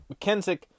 McKenzie